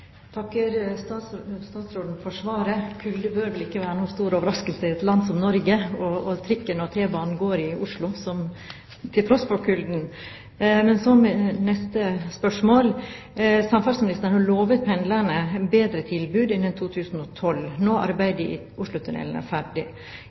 statsråden for svaret. Kulde bør vel ikke være noen stor overraskelse i et land som Norge, og trikken og T-banen i Oslo går til tross for kulden. Så mitt neste spørsmål: Samferdselsministeren har lovet pendlerne et bedre tilbud innen 2012,